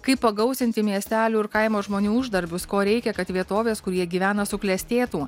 kaip pagausinti miestelių ir kaimo žmonių uždarbius ko reikia kad vietovės kur jie gyvena suklestėtų